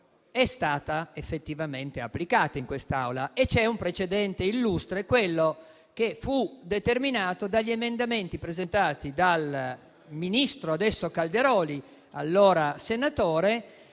è stata effettivamente applicata in quest'Aula e c'è un precedente illustre, quello che fu determinato dagli emendamenti presentati dal ministro Calderoli, allora senatore,